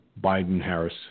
Biden-Harris